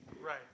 Right